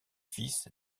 fils